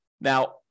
Now